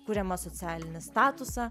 kuriamą socialinį statusą